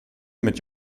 mit